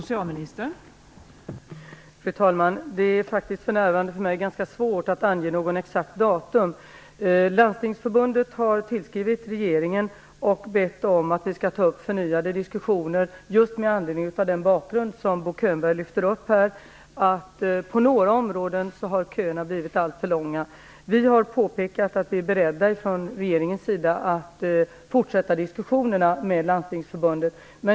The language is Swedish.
Fru talman! Det är faktiskt ganska svårt för mig att för närvarande ange något exakt datum. Landstingsförbundet har tillskrivit regeringen och bett om förnyade diskussioner med anledning av just den bakgrund som Bo Könberg talar om. På några områden har köerna blivit alltför långa. Regeringen har påpekat att den är beredd att fortsätta diskussionerna med Landstingsförbundet.